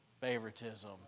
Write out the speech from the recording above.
favoritism